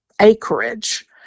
acreage